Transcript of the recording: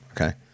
Okay